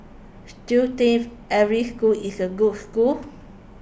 still thief every school is a good school